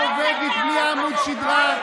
נורבגית בלי עמוד שדרה,